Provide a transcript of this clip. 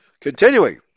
Continuing